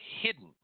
hidden